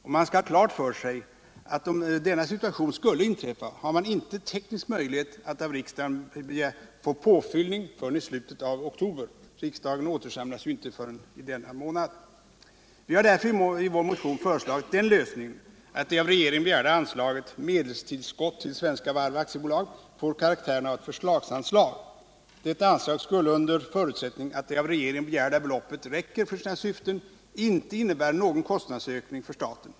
Och man skall ha klart för sig att om denna situation skulle inträffa har man ingen teknisk möjlighet att av riksdagen få påfyllning förrän i slutet av oktober. Riksdagen återsamlas ju inte förrän i den månaden. Vi har därför i vår motion föreslagit den lösningen att det av regeringen begärda anslaget ”Medelstillskott till Svenska Varv AB” får karaktären av ett förslagsanslag. Detta anslag skulle, under förutsättning att det av regeringen begärda beloppet räcker för sina syften, inte innebära någon kostnadsökning för staten.